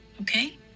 Okay